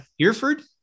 Hereford